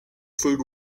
food